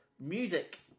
Music